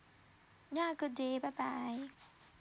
yeah good day bye bye